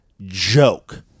joke